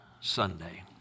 Sunday